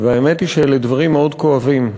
והאמת היא שאלה דברים מאוד כואבים.